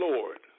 Lord